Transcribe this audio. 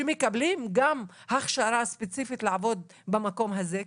שמקבלים גם הכשרה ספציפית לעבוד במקום הזה,